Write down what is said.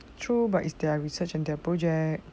true but is their research and their project